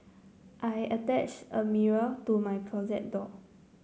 I attached a mirror to my closet door